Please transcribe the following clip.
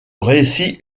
récit